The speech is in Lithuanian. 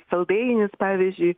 saldainius pavyzdžiui